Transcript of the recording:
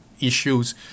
issues